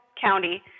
county